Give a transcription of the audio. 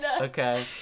Okay